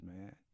man